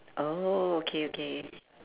oh okay okay